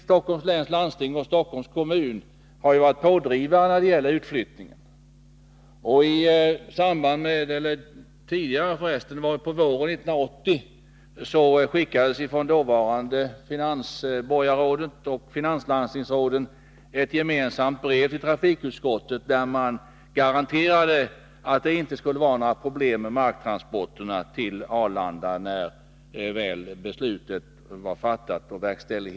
Stockholms läns landsting och Stockholms kommun har varit pådrivande då det gäller utflyttningen, och våren 1980 skickades från dåvarande finansborgarrådet och dåvarande finanslandstingsrådet ett gemensamt brev till trafikutskottet, i vilket man garanterade att det inte skulle vara några problem med marktransporterna till Arlanda när väl beslutet var fattat och verkställt.